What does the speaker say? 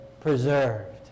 preserved